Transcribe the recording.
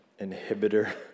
inhibitor